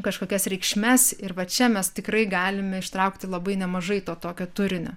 kažkokias reikšmes ir va čia mes tikrai galime ištraukti labai nemažai to tokio turinio